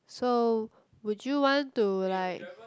so would you want to like